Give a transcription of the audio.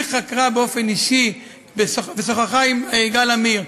היא חקרה באופן אישי ושוחחה עם יגאל עמיר.